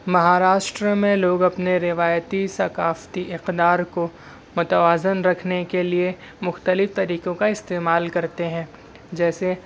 مہاراشٹر میں لوگ اپنے روایتی ثقافتی اقدار کو متوازن رکھنے کے لیے مختلف طریقوں کا استعمال کرتے ہیں جیسے